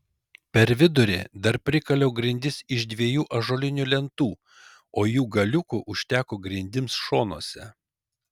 per vidurį dar prikaliau grindis iš dviejų ąžuolinių lentų o jų galiukų užteko grindims šonuose